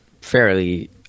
fairly